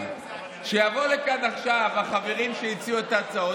שיבואו לכאן עכשיו החברים שהציעו את ההצעות